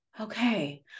okay